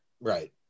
right